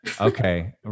Okay